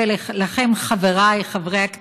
אדוני השר, חבריי וחברותיי,